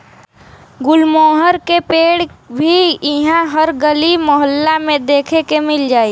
गुलमोहर के पेड़ भी इहा हर गली मोहल्ला में देखे के मिल जाई